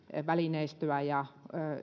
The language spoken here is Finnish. välineistöä ja